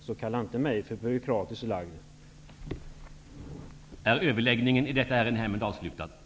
Så kalla inte mig för byråkratiskt lagd, Elving Andersson!